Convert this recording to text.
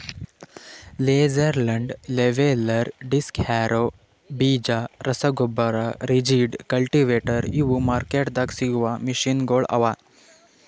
laser land leveller, disc harrow, ಬೀಜ ರಸಗೊಬ್ಬರ, rigid, cultivator ಇವು ಮಾರ್ಕೆಟ್ದಾಗ್ ಸಿಗವು ಮೆಷಿನಗೊಳ್ ಅವಾ